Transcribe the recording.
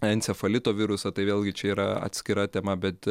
encefalito virusą tai vėlgi čia yra atskira tema bet